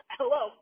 Hello